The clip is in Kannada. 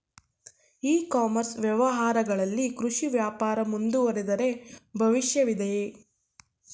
ಇ ಕಾಮರ್ಸ್ ವ್ಯವಹಾರಗಳಲ್ಲಿ ಕೃಷಿ ವ್ಯಾಪಾರ ಮುಂದುವರಿದರೆ ಭವಿಷ್ಯವಿದೆಯೇ?